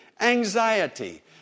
anxiety